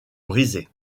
brisée